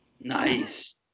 Nice